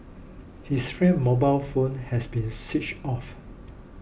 his friend's mobile phone had been switched off